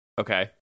Okay